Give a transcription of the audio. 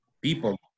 people